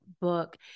book